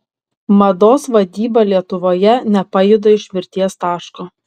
mados vadyba lietuvoje nepajuda iš mirties taško